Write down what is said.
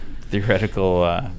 theoretical